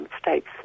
states